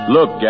Look